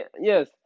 yes